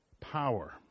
power